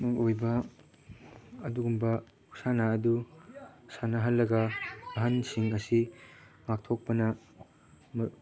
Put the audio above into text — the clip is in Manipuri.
ꯃꯔꯨ ꯑꯣꯏꯕ ꯑꯗꯨꯒꯨꯝꯕ ꯈꯨꯁꯥꯟꯅ ꯑꯗꯨ ꯁꯥꯟꯅꯍꯜꯂꯒ ꯑꯍꯟꯁꯤꯡ ꯑꯁꯤ ꯉꯥꯛꯊꯣꯛꯄꯅ